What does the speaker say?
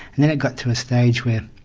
and then it got to a stage where